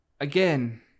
again